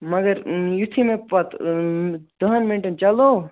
مگر یُتھٕے مےٚ پتہٕ دٔہن مِنٹن چَلوو